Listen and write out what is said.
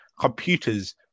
Computers